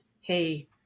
hey